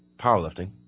powerlifting